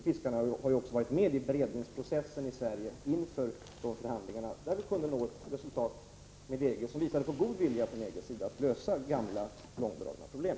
Fiskarna har också varit med i beredningsprocessen i Sverige inför de förhandlingar som ledde till att vi kunde nå ett resultat med EG, ett resultat som visade på god vilja från EG:s sida att lösa gamla och långvariga problem.